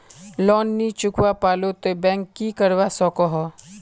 Loan नी चुकवा पालो ते बैंक की करवा सकोहो?